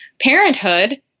parenthood